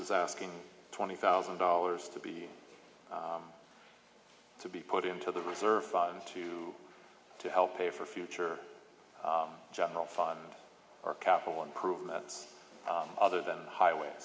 is asking twenty thousand dollars to be to be put into the reserve fund to help pay for future general fund or capital improvements other than highway